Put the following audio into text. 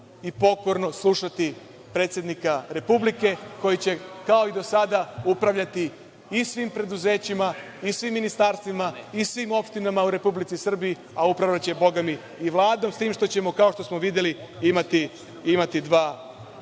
i pokorno slušati predsednika Republike, koji će kao i do sada upravljati i svim preduzećima i svim ministarstvima i svim opštinama u Republici Srbiji, a upravljaće Bogami i Vladom, s tim što ćemo, kao što smo videli, imati dva